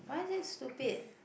why is it stupid